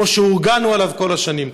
כמו שהורגלנו אליו כל השנים.